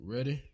Ready